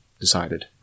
decided